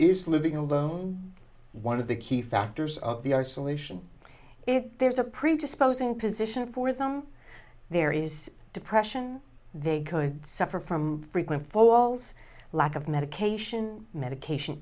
is living alone one of the key factors of the isolation if there's a predisposing position for them there is depression they could suffer from frequent falls lack of medication medication